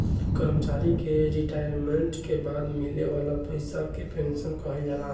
कर्मचारी के रिटायरमेंट के बाद मिले वाला पइसा के पेंशन कहल जाला